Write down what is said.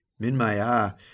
Minmaya